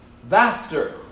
vaster